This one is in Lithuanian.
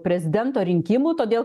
prezidento rinkimų todėl